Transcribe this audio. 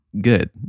good